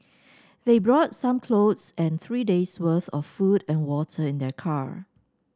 they brought some clothes and three days worth of food and water in their car